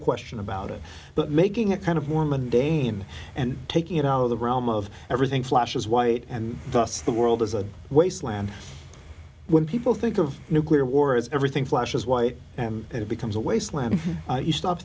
question about it but making it kind of more mundane and taking it out of the realm of everything flashes white and thus the world is a wasteland when people think of nuclear war as everything flash is white and it becomes a wasteland if you stop